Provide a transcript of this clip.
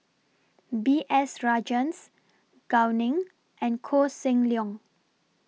B S Rajhans Gao Ning and Koh Seng Leong